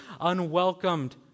unwelcomed